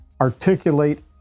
articulate